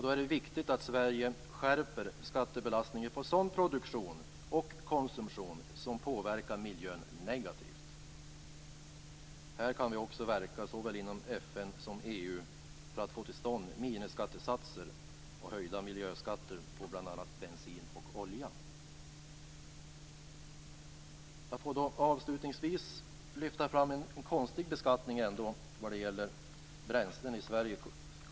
Då är det viktigt att Sverige skärper skattebelastningen på sådan produktion och konsumtion som påverkar miljön negativt. Här kan vi också verka inom såväl FN som EU för att få till stånd minimiskattesatser och höjda miljöskatter på bl.a. bensin och olja. Jag får avslutningsvis lyfta fram en beskattning vad gäller bränslen i Sverige som ändå är lite konstig.